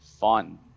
fun